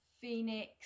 Phoenix